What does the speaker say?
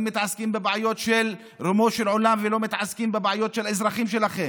מתעסקים בבעיות ברומו של עולם ולא מתעסקים בבעיות של האזרחים שלכם.